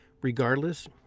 regardless